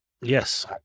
Yes